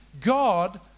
God